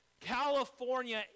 California